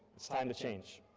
it's time to change.